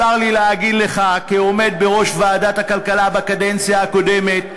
צר לי להגיד לך: כעומד בראש ועדת הכלכלה בקדנציה הקודמת,